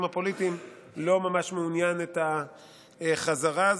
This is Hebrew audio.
הפוליטיים לא ממש מעוניין בחזרה הזאת.